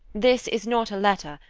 this is not a letter,